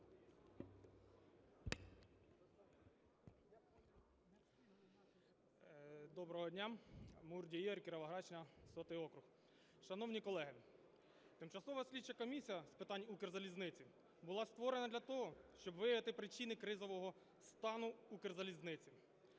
Доброго дня! Мурдій Ігор, Кіровоградщина, 100 округ. Шановні колеги, Тимчасова слідча комісія з питань Укрзалізниці була створена для того, щоб виявити причини кризового стану Укрзалізниці